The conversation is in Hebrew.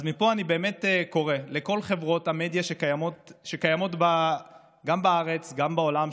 אז מפה אני באמת קורא לכל חברות המדיה שקיימות גם בארץ וגם בעולם,